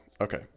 Okay